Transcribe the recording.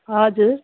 हजुर